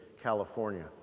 California